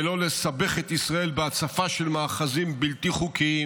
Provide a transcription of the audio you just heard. ולא לסבך את ישראל בהצפה של מאחזים בלתי חוקיים,